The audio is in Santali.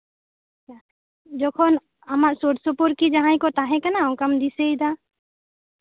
ᱡᱚᱠᱷᱚᱱ ᱟᱢᱟᱜ ᱥᱩᱨ ᱥᱩᱯᱩᱨ ᱠᱤ ᱡᱟᱦᱟᱸᱭ ᱠᱚ ᱛᱟᱦᱮ ᱠᱟᱱᱟ ᱚᱱᱠᱟᱢ ᱫᱤᱥᱟᱹᱭᱮᱫᱟ